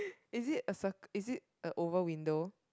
is it a circle is it a oval window